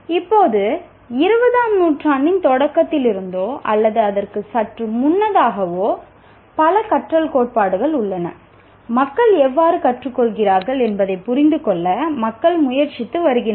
இப்போது 20 ஆம் நூற்றாண்டின் தொடக்கத்திலிருந்தோ அல்லது அதற்கு சற்று முன்னதாகவோ பல கற்றல் கோட்பாடுகள் உள்ளன மக்கள் எவ்வாறு கற்றுக்கொள்கிறார்கள் என்பதைப் புரிந்துகொள்ள மக்கள் முயற்சித்து வருகின்றனர்